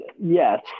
Yes